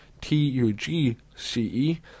T-U-G-C-E